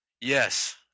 Yes